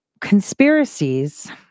conspiracies